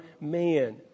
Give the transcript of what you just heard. man